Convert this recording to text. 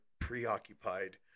preoccupied